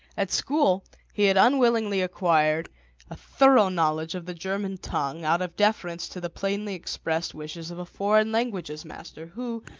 at school he had unwillingly acquired a thorough knowledge of the german tongue out of deference to the plainly-expressed wishes of a foreign-languages master, who,